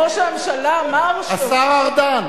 ראש הממשלה אמר, אני